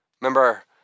Remember